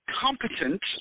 competent